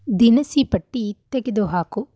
ದಿನಸಿ ಪಟ್ಟಿ ತೆಗೆದುಹಾಕು